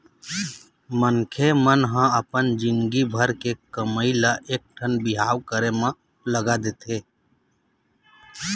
मनखे मन ह अपन जिनगी भर के कमई ल एकठन बिहाव करे म लगा देथे